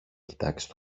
κοιτάξει